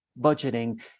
budgeting